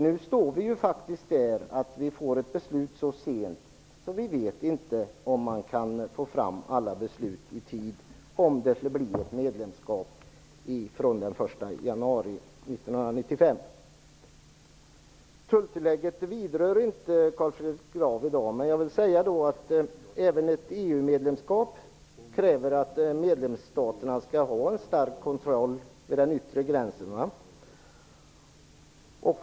Nu står vi faktiskt där att vi får ett beslut så sent att vi inte vet om man kan få fram alla bestämmelser i tid, om det skulle bli ett medlemskap från den 1 januari 1995. Tulltillägget vidrör inte Carl Fredrik Graf i dag, men jag vill säga att även ett EU-medlemskap kräver att medlemsstaterna skall ha en stark kontroll vid den yttre gränsen.